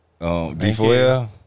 D4L